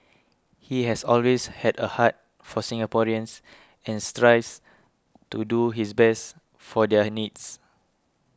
he has always had a heart for Singaporeans and strives to do his best for their needs